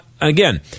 Again